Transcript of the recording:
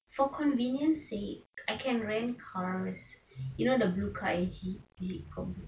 for convenience sake I can rent cars you know the blue car S_G is it